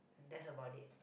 that's about it